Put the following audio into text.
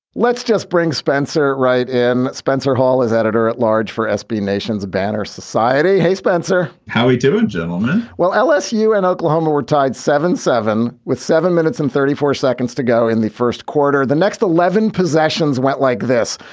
let's just bring spencer right in, and spencer hall is editor at large for sb nation's batter society. hey, spencer, how we doing, gentlemen? well, lsu and oklahoma were tied seven seven with seven minutes and thirty four seconds to go in the first quarter. the next eleven possessions went like this.